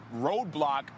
roadblock